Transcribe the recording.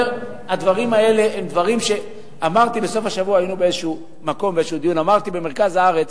אמרתי בסוף השבוע, היינו באיזה מקום במרכז הארץ,